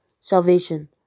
salvation